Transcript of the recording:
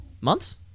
months